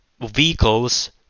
vehicles